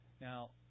Now